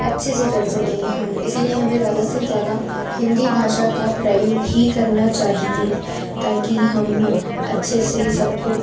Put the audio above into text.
अच्छे से कर सकें हम इसलिए हमें ज़्यादा से ज़्यादा हिन्दी भाषा का प्रयोग ही करना चाहिए ताकि हम अच्छे से सबको